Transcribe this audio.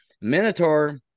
Minotaur